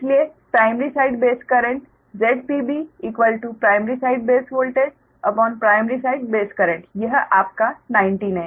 इसलिए primary side base impedance ZpB primary side base voltageprimary side base current यह आपका 19 है